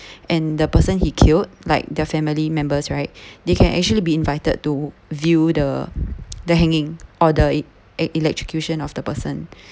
and the person he killed like the family members right they can actually be invited to view the the hanging or the e~ electrocution of the person